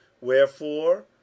Wherefore